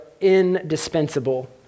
indispensable